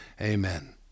Amen